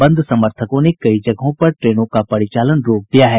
बंद समर्थकों ने कई जगहों पर ट्रेनों का परिचालन रोक दिया है